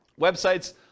websites